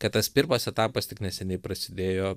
kad tas pirmas etapas tik neseniai prasidėjo